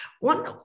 one